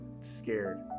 scared